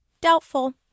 Doubtful